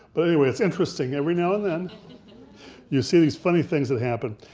but anyway, it's interesting, every now and then you see these funny things that happen.